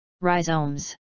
Rhizomes